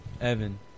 Evan